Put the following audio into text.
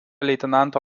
leitenanto